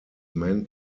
meant